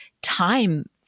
time